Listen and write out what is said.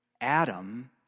adam